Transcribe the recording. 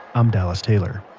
i'm dallas taylor